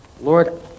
Lord